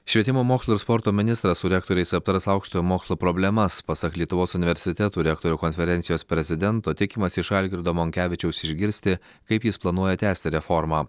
švietimo mokslo ir sporto ministras su rektoriais aptars aukštojo mokslo problemas pasak lietuvos universitetų rektorių konferencijos prezidento tikimasi iš algirdo monkevičiaus išgirsti kaip jis planuoja tęsti reformą